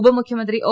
ഉപമുഖ്യമന്ത്രി ഒ